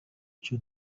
cyo